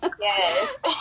Yes